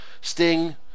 Sting